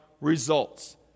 results